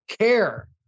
care